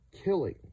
killing